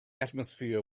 atmosphere